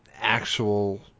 actual